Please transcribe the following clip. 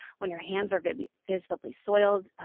when your hands are visibly soiled,